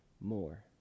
more